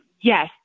yes